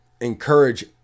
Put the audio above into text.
encourage